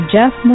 Jeff